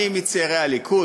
אני מצעירי הליכוד,